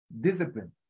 Discipline